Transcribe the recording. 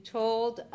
told